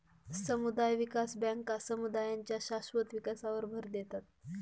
समुदाय विकास बँका समुदायांच्या शाश्वत विकासावर भर देतात